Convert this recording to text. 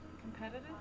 Competitive